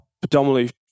predominantly